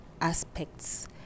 aspects